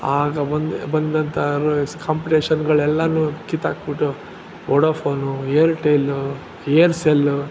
ಆಗ ಬಂದ ಬಂದಂಥ ಕಾಂಪ್ಟೇಶಗಳೆಲ್ಲಾ ಕಿತ್ತಾಕಿಬಿಟ್ಟು ವೊಡಾಫೋನು ಏರ್ಟೆಲ್ಲು ಏರ್ಸೆಲ್ಲು